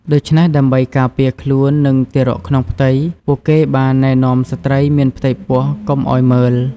ដូច្នេះ ដើម្បីការពារខ្លួន និងទារកក្នុងផ្ទៃ ពួកគេបានណែនាំស្ត្រីមានផ្ទៃពោះកុំឲ្យមើល ។